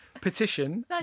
Petition